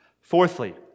Fourthly